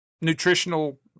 nutritional